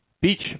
beach